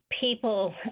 people